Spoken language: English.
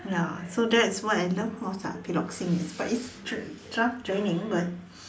ya so that's what I love most ah piloxing it's but it's t~ tough training but